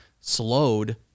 slowed